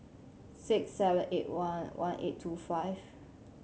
six seven eight one one eight two five